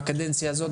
שבקדנציה הזאת,